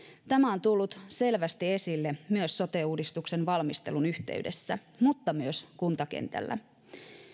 tämä on tullut selvästi esille myös sote uudistuksen valmistelun yhteydessä mutta myös kuntakentällä